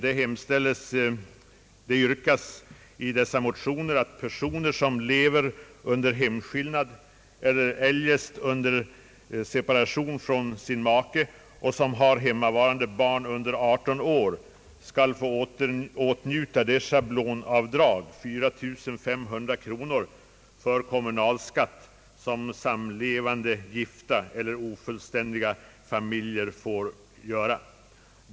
I dessa motioner yrkas bl.a. att person som lever under hemskillnad eller eljest under separation från sin make och som har hemmavarande barn under 18 år skall få åtnjuta det schablonavdrag för kommunalskatt — alltså 4500 kronor — som samlevande gifta eller ofullständiga familjer får göra.